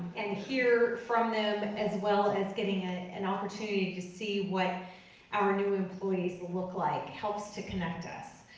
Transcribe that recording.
and hear from them as well as getting ah an opportunity to see what our new employees look like. helps to connect us.